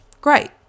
Great